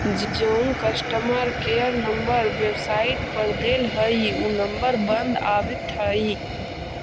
जउन customer care number website पर देल हई ऊ नंबर बंद आबित हई